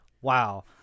wow